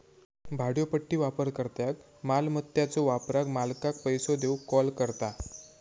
भाड्योपट्टी वापरकर्त्याक मालमत्याच्यो वापराक मालकाक पैसो देऊक कॉल करता